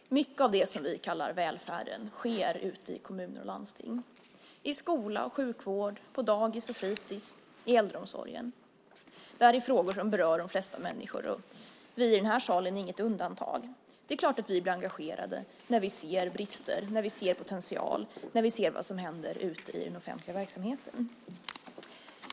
Herr talman! Mycket av det som vi kallar välfärden sker ute i kommuner och landsting, i skola och sjukvård, på dagis och fritids, i äldreomsorgen. Det är frågor som berör de flesta människor, och vi i den här salen är inget undantag. Det är klart att vi blir engagerade när vi ser brister, när vi ser potential, när vi ser vad som händer ute i den offentliga verksamheten.